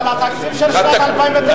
אבל התקציב של שנת 2009 2010,